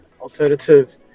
alternative